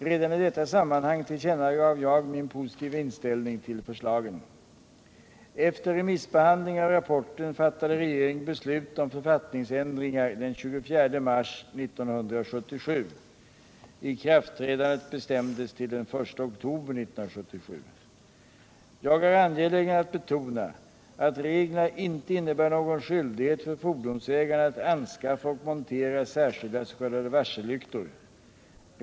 Redan i detta sammanhang tillkännagav jag min positiva inställning till förslagen. Efter remissbehandling av rapporten fattade regeringen beslut om författningsändringar den 24 mars 1977. Ikraftträdandet bestämdes till den 1 oktober 1977. Jag är angelägen att betona att reglerna inte innebär någon skyldighet för fordonsägarna att anskaffa och montera särskilda s.k. varsellyktor.